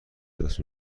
دست